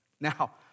Now